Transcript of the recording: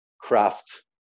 craft